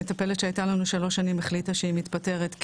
המטפלת שהייתה לנו שלוש שנים החליטה שהיא מתפטרת,